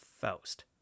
Faust